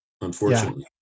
unfortunately